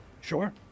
Sure